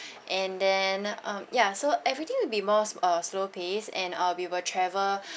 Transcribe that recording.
and then um ya so everything will be more uh uh slow paced and uh we will travel